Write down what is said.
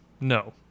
No